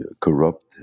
corrupt